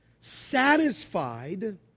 satisfied